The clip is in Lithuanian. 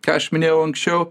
ką aš minėjau anksčiau